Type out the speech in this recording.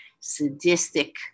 sadistic